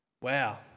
wow